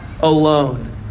alone